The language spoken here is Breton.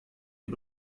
ket